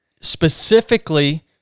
specifically